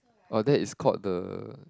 oh that is called the